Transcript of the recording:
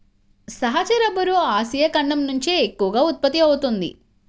సహజ rubber Asia ఖండం నుంచే ఎక్కువగా ఉత్పత్తి అవుతోంది